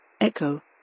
Echo